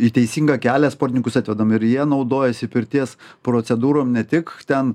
į teisingą kelią sportininkus atvedame ir ja naudojasi pirties procedūrom ne tik ten